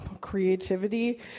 creativity